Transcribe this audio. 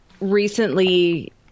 recently